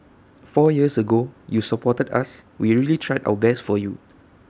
four years ago you supported us we really tried our best for you